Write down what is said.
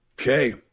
Okay